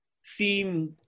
seem